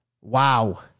Wow